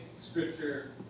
scripture